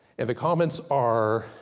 and the comments are,